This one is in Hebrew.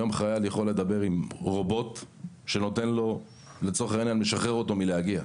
היום חייל יכול לדבר עם רובוט שמשחרר אותו מלהגיע.